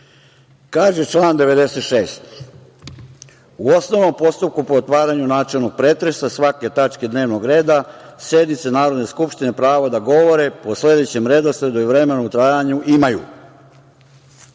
član 96. – u osnovnom postupku po otvaranju načelnog pretresa svake tačke dnevnog reda sednice Narodne skupštine pravo da govore po sledećem redosledu i vremenu, trajanju, imaju